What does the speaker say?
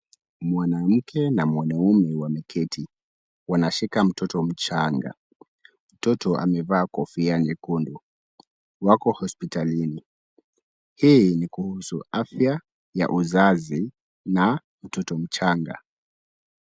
Mwanamke na mwanamme wameketi. Wanashika mtoto mchanga. Mtoto amevaa kofia nyekundu. Wako hospitalini. Hii ni kuhusu afya ya uzazi na mtoto mchanga.